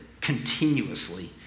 continuously